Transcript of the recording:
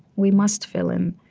we must fill in.